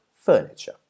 furniture